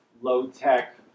low-tech